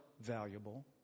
valuable